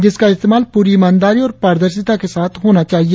जिसका ईस्तेमाल पूरी ईमानदारी और पारदर्शिता के साथ होना चाहिए